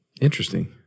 Interesting